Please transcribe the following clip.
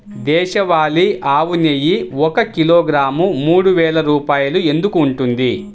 దేశవాళీ ఆవు నెయ్యి ఒక కిలోగ్రాము మూడు వేలు రూపాయలు ఎందుకు ఉంటుంది?